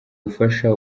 ubufasha